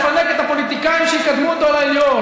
לפנק את הפוליטיקאים שיקדמו אותו לעליון.